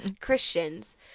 Christians